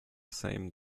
same